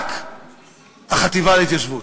רק החטיבה להתיישבות,